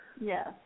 Yes